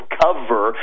cover